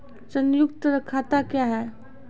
संयुक्त खाता क्या हैं?